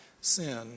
sin